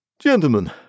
Gentlemen